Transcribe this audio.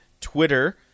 Twitter